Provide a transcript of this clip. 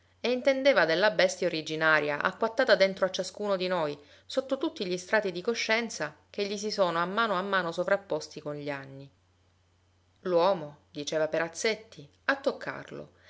e intendeva della bestia originaria acquattata dentro a ciascuno di noi sotto tutti gli strati di coscienza che gli si sono a mano a mano sovrapposti con gli anni l'uomo diceva perazzetti a toccarlo